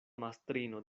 mastrino